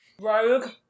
Rogue